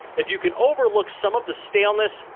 if you can overlook some of the staleness,